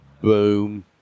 Boom